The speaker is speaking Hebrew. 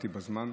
באתי בזמן.